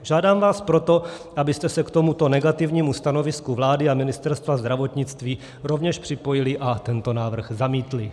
Žádám vás proto, abyste se k tomuto negativnímu stanovisku vlády a Ministerstva zdravotnictví rovněž připojili a tento návrh zamítli.